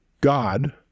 God